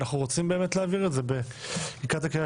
אנחנו רוצים להעביר את זה לקראת הקריאה